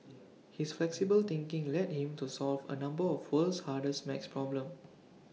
his flexible thinking led him to solve A number of the world's hardest maths problems